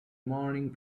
morning